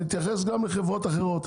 נתייחס גם לחברות אחרות,